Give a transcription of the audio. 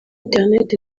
internet